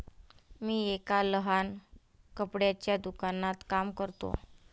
मी एका लहान कपड्याच्या दुकानात काम करतो